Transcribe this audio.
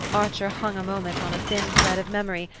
archer hung a moment on a thin thread of memory,